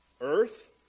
Earth